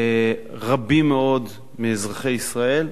רבים מאוד מאזרחי ישראל.